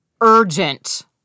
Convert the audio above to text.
urgent